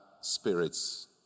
spirits